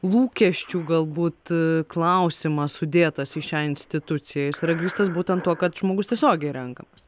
lūkesčių galbūt klausimas sudėtas į šią instituciją jis yra grįstas būtent tuo kad žmogus tiesiogiai renkamas